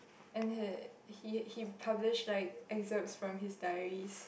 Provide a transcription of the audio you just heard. and uh he he published like excerpts from his diaries